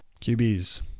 QBs